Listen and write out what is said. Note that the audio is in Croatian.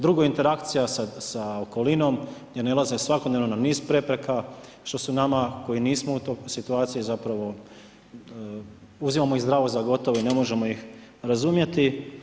Drugo, interakcija sa okolinom, gdje nailaze svakodnevno na niz prepreka što su nama koji nismo u toj situaciji zapravo uzimamo ih zdravo za gotovo i ne možemo ih razumjeti.